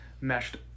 meshed